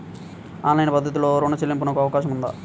Online పద్ధతిలో రుణ చెల్లింపునకు అవకాశం ఉందా?